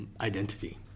identity